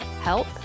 help